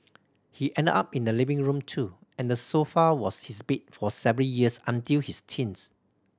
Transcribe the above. he ended up in the living room too and the sofa was his bed for several years until his teens